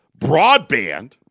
Broadband